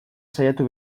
saiatu